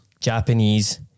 Japanese